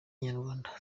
inyarwanda